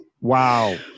wow